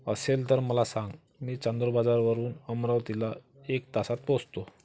असेल तर मला सांग मी चांदुर बाजारवरून अमरावतीला एक तासात पोहोचतो